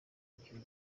igihugu